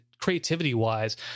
creativity-wise